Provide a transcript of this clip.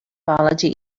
mythology